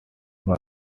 was